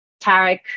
Tarek